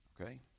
okay